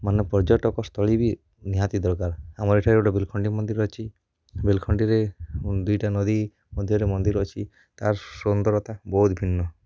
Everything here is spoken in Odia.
ମାନେ ପର୍ଯ୍ୟଟକ ସ୍ଥଳୀ ବି ନିହାତି ଦରକାର ଆମର ଏଠାରେ ଗୋଟେ ଗୁଲଖଣ୍ଡି ମନ୍ଦିର ଅଛି ଗୁଲଖଣ୍ଡିରେ ଦୁଇଟା ନଦୀ ମଧ୍ୟରେ ମନ୍ଦିର ଅଛି ତାର ସୁନ୍ଦରତା ବହୁତ ଭିନ୍ନ